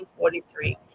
1943